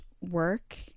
work